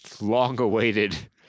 long-awaited